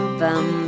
bum